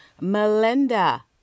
Melinda